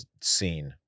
scene